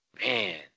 man